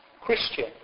Christian